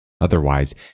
Otherwise